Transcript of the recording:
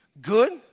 good